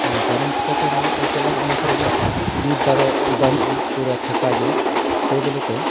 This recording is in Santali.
ᱚᱱᱮ ᱠᱟᱨᱚᱱ ᱪᱤᱠᱟᱹᱛᱮ ᱞᱚᱞᱚ ᱟᱹᱭᱠᱟᱹᱜᱼᱟ ᱠᱟᱱᱟ ᱚᱱᱟ ᱠᱚᱨᱮᱫᱚ ᱵᱤᱨ ᱫᱟᱨᱮ ᱵᱟᱹᱱᱩᱜᱼᱟ ᱯᱩᱨᱟᱹ ᱯᱷᱟᱸᱠᱟ ᱜᱮᱭᱟ ᱥᱮ ᱵᱚᱞᱮᱛᱮ